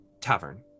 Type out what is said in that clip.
tavern